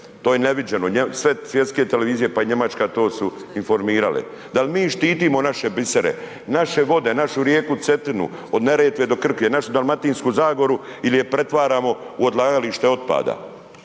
To je neviđeno. Sve svjetske televizije pa i njemačka to su informirali. Dal' mi štitimo naše bisere? Naše vode, našu rijeku Cetinu, od Neretve do Krke, našu Dalmatinsku zagoru ili je pretvaramo u odlagalište otpada?